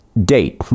date